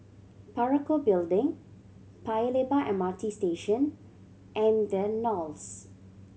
Parakou Building Paya Lebar M R T Station and The Knolls